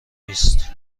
نیست